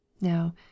Now